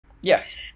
Yes